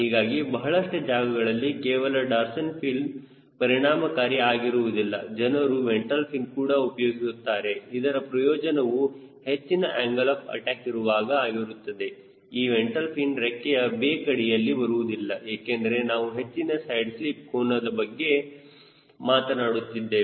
ಹೀಗಾಗಿ ಬಹಳ ಜಾಗಗಳಲ್ಲಿ ಕೇವಲ ಡಾರ್ಸಲ್ ಫಿನ್ ಪರಿಣಾಮಕಾರಿ ಆಗಿರುವುದಿಲ್ಲ ಜನರು ವೆಂಟ್ರಲ್ ಫಿನ್ ಕೂಡ ಉಪಯೋಗಿಸುತ್ತಾರೆ ಇದರ ಪ್ರಯೋಜನವು ಹೆಚ್ಚಿನ ಆಂಗಲ್ ಆಫ್ ಅಟ್ಯಾಕ್ ಇರುವಾಗ ಆಗಿರುತ್ತದೆ ಈ ವೆಂಟ್ರಲ್ ಫಿನ್ ರೆಕ್ಕೆಯ ವೇಕ್ ಅಡಿಯಲ್ಲಿ ಬರುವುದಿಲ್ಲ ಏಕೆಂದರೆ ನಾವು ಹೆಚ್ಚಿನ ಸೈಡ್ ಸ್ಲಿಪ್ ಕೋನದ ಬಗ್ಗೆ ಮಾತನಾಡುತ್ತಿದ್ದೇವೆ